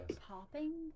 popping